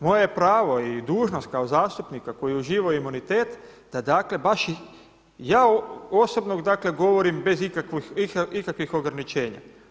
Moje je pravo i dužnost kao zastupnika koji uživa imunitet da dakle baš, ja osobno dakle govorim bez ikakvih ograničenja.